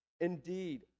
Indeed